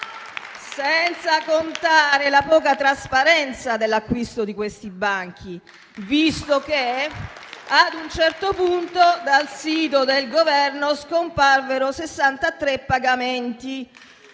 Senza contare la poca trasparenza dell'acquisto di questi banchi, visto che ad un certo punto dal sito del Governo scomparvero 63 pagamenti